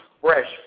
fresh